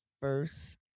first